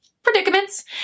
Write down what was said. predicaments